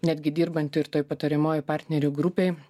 netgi dirbant ir toj patariamioj partnerių grupėj